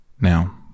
Now